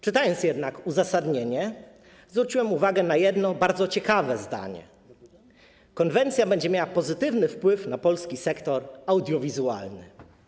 Czytając jednak uzasadnienie, zwróciłem uwagę na jedno bardzo ciekawe zdanie: Konwencja będzie miała pozytywny wpływ na polski sektor audiowizualny.